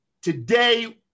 today